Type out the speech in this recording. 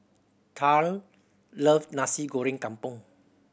Taryn love Nasi Goreng Kampung